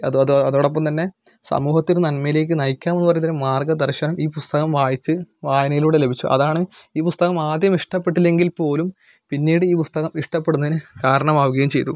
അത് അത് അതോടൊപ്പം തന്നെ സമൂഹത്തിന് നന്മയിലേക്ക് നയിക്കാന്നൊരുതരം മാർഗ്ഗദർശനം ഈ പുസ്തകം വായിച്ച് വായനയിലൂടെ ലഭിച്ചു അതാണ് ഈ പുസ്തകം ആദ്യം ഇഷ്ടപ്പെട്ടില്ലെങ്കിൽപ്പോലും പിന്നീട് ഈ പുസ്തകം ഇഷ്ടപ്പെടുന്നതിന് കാരണമാവുകയും ചെയ്തു